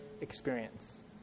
experience